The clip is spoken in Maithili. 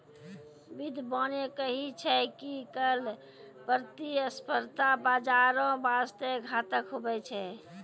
बिद्यबाने कही छै की कर प्रतिस्पर्धा बाजारो बासते घातक हुवै छै